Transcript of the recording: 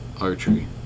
archery